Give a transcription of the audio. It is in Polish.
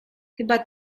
chyba